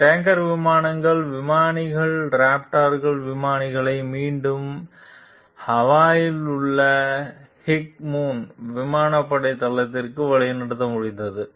இந்த டேங்கர் விமானங்களின் விமானிகள் ராப்டார் விமானிகளை மீண்டும் ஹவாயில் உள்ள ஹிக்மேன் விமானப்படை தளத்திற்கு வழிநடத்த முடிந்தது